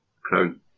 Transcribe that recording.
Crown